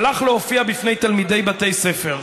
הלך להופיע בפני תלמידי בתי ספר,